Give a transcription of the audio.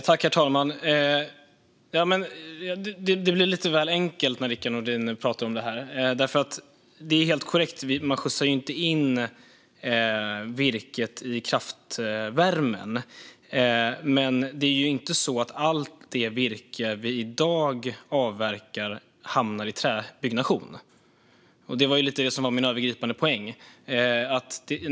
Herr talman! Det blir lite väl enkelt när Rickard Nordin pratar om det här. Det är helt korrekt att man inte skjutsar in virket i kraftvärmen, men det är ju inte så att allt det virke vi i dag avverkar hamnar i träbyggnation. Detta var lite av min övergripande poäng.